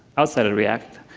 outside of react.